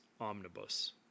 Omnibus